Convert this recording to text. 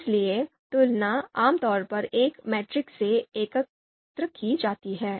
इसलिए तुलना आमतौर पर एक मैट्रिक्स में एकत्र की जाती है